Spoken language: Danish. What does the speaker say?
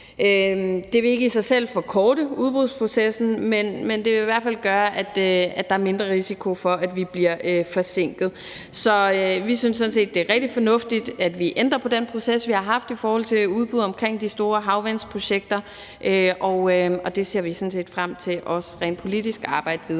Det vil ikke i sig selv forkorte udbudsprocessen, men det vil i hvert fald gøre, at der er mindre risiko for, at vi bliver forsinket. Så vi synes sådan set, det er rigtig fornuftigt, at vi ændrer på den proces, vi har haft i forhold til udbud omkring de store havvindsprojekter, og det ser vi også frem til rent politisk at arbejde videre